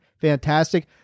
fantastic